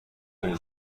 های